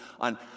on